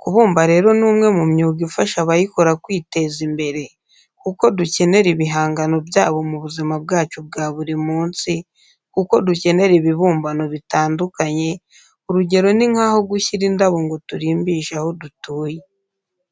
Kubumba rero ni umwe mu myuga ifasha abayikora kwiteza imbere kuko dukenera ibihangano byabo mu buzima bwacu bwa buri munsi, kuko dukenera ibibumbano bitandukanye, urugero ni nk'aho gushyira indabo ngo turimbishe aho dutuye.